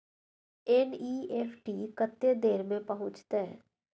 NEFT कत्ते देर में पहुंचतै?